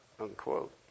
Unquote